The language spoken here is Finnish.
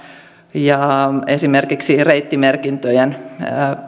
ja esimerkiksi reittimerkintöjen